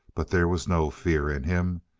but there was no fear in him.